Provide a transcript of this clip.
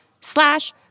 slash